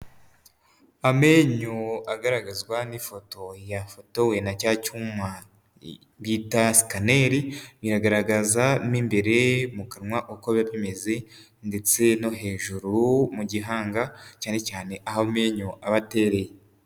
Amenyo agaragazwa n'ifoto yafotowe na cya cyuma bita sikaneri, biragaragaza mo imbere mu kanwa uko biba bimeze ndetse no hejuru mu gihanga, cyane cyane aho amenyo aba atereye.